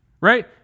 Right